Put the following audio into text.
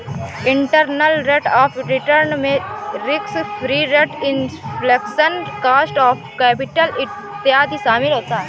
internal rate of return में risk free rate, inflation, cost of capital इत्यादि शामिल होता है